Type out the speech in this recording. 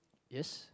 yes